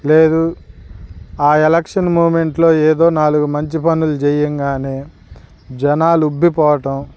లేదు ఆ ఎలక్షన్ మూమెంట్లో ఏదో నాలుగు మంచి పనులు చేయగానే జనాలు ఉబ్బిపోవటం